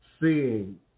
seeing